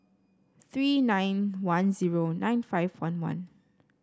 three nine one zero nine five one one